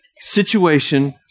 situation